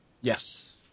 Yes